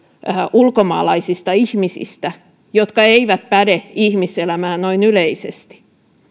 ulkomaalaisista ihmisistä jotka eivät päde ihmiselämään noin yleisesti